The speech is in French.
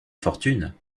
fortune